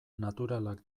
naturalak